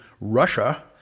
Russia